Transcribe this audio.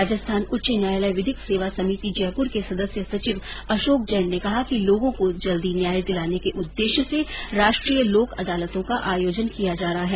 राजस्थान उच्च न्यायालय विधिक सेवा समिति जयपुर के सदस्य सचिव अशोक जैन ने कहा कि लोगों को जल्दी न्याय दिलाने के उद्देश्य से राष्ट्रीय लोक अदालतों का आयोजन किया जा रहा है